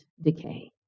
decay